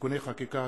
(תיקוני חקיקה),